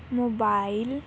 mobile